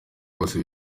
bose